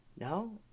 no